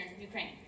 Ukraine